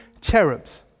cherubs